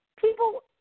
people